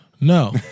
No